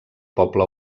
poble